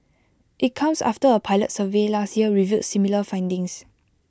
IT comes after A pilot survey last year revealed similar findings